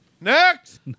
Next